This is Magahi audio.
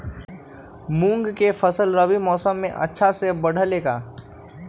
मूंग के फसल रबी मौसम में अच्छा से बढ़ ले का?